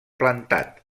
plantat